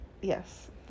Yes